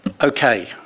Okay